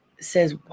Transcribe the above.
says